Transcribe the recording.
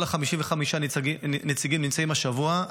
כל 55 הנציגים נמצאים השבוע,